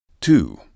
Two